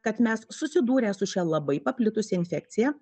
kad mes susidūrę su šia labai paplitusia infekcija